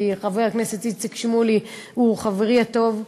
כי חבר הכנסת איציק שמולי הוא חברי הטוב,